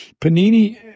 Panini